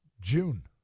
June